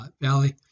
valley